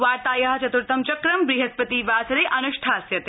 वार्ताया चतुर्थं चक्रं बहस्पतिवासरे अनुष्ठास्यते